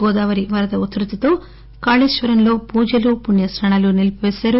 గోదావరి వరద ఉధృతితో కాళేశ్వ రంలో పూజలు పుణ్యస్సానాలు నిలిపిపేశారు